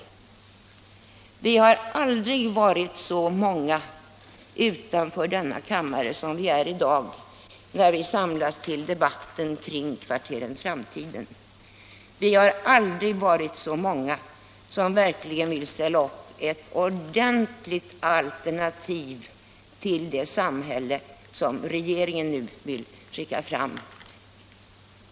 Vi har aldrig varit så många utanför denna kammare som vi är i dag när vi samlas till debatten kring Kvarteret Framtiden. Vi har aldrig varit så många som verkligen vill ställa upp ett ordentligt alternativ till det samhälle regeringen nu vill skapa.